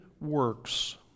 works